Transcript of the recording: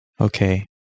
Okay